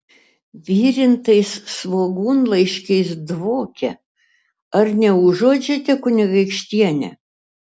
virintais svogūnlaiškiais dvokia ar neužuodžiate kunigaikštiene